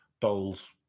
dolls